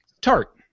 Tart